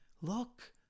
Look